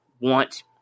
want